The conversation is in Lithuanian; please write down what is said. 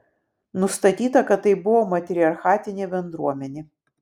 nustatyta kad tai buvo matriarchatinė bendruomenė